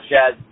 Jazz